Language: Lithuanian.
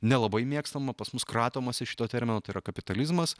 nelabai mėgstama pas mus kratomasi šito termino tai yra kapitalizmas